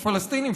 הפלסטינים,